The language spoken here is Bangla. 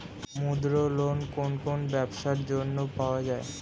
মুদ্রা লোন কোন কোন ব্যবসার জন্য পাওয়া যাবে?